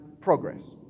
progress